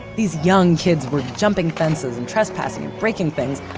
these young kids were jumping fences and trespassing, breaking things,